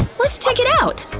let's check it out!